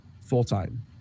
full-time